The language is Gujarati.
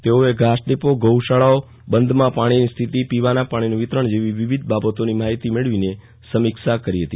તેઓએ ઘાસ ડેપો ગૌશાળાઓ બંધમાં પાણીની સ્થિતિ પીવાના પાણીનું વિતરણ જેવી વિવિધ બાબતોની માહિતી મેળવીને સમીક્ષા કરી હતી